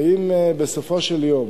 ואם בסופו של יום